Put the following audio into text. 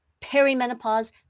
Perimenopause